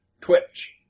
twitch